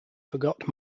forgot